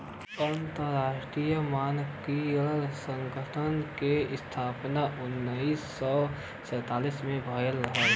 अंतरराष्ट्रीय मानकीकरण संगठन क स्थापना उन्नीस सौ सैंतालीस में भयल रहल